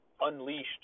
unleashed